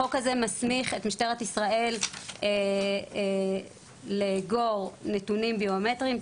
החוק הזה מסמיך את משטרת ישראל לאגור נתונים ביומטריים,